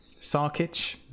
Sarkic